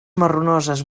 marronoses